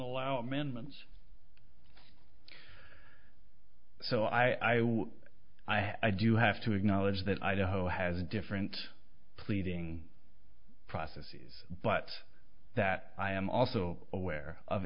allow amendments so i i do have to acknowledge that idaho has a different pleading processes but that i am also aware of